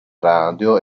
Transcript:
radio